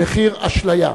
במחיר אשליה.